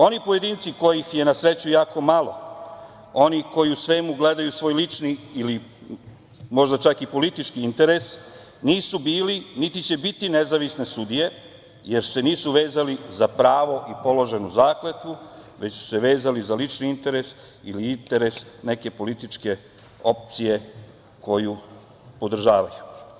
Oni pojedinci kojih je, na sreću, jako malo, oni koji u svemu gledaju svoj lični ili možda čak i politički interes, nisu bili, niti će biti, nezavisne sudije, jer se nisu vezali za pravo i položenu zakletvu, već su se vezali za lični interes ili interes neke političke opcije koju podržavaju.